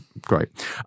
Great